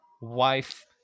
wife